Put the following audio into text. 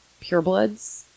purebloods